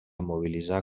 mobilitzar